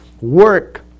Work